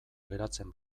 geratzen